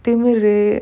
திமிரு:thimiru